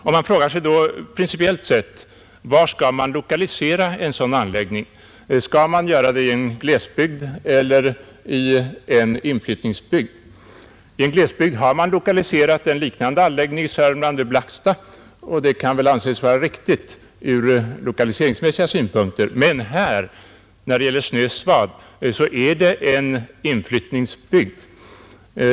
Var skall man då, principiellt sett, lokalisera en sådan anläggning? Skall man göra det i en glesbygd eller i en inflyttningsbygd? En liknande anläggning har lokaliserats i en glesbygd i Sörmland, i Blacksta, och det kan väl anses vara riktigt ur lokaliseringsmässiga synpunkter. Men Snösvad, som det här gäller, är en inflyttningsbygd.